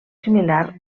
similar